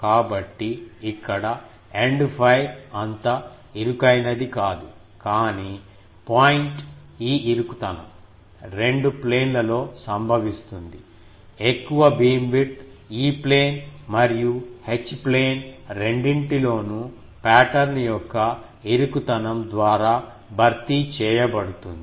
కాబట్టి ఇక్కడ end fire అంత ఇరుకైనది కాదు కానీ పాయింట్ ఈ ఇరుకుతనం రెండు ప్లేన్ లలో సంభవిస్తుంది ఎక్కువ బీమ్విడ్త్ E ప్లేన్ మరియు H ప్లేన్ రెండింటిలోనూ పాటర్న్ యొక్క ఇరుకుతనం ద్వారా భర్తీ చేయబడుతుంది